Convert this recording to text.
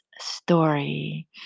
story